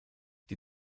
die